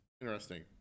interesting